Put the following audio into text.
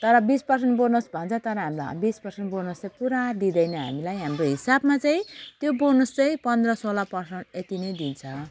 तर बिस percent bonus भन्छ तर हाम्रो बिस पर्सेन्ट बोनस त पुरा दिँदैन हामीलाई हाम्रो हिसाबमा चाहिँ त्यो बोनस चाहिँ पन्ध्र सोह्र पर्सेन्ट यति नै दिन्छ